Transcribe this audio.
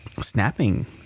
snapping